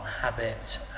habit